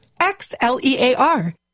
X-L-E-A-R